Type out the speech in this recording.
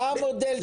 מה המודל שלך?